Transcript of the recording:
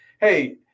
Hey